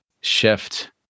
shift